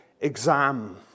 exam